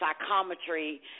psychometry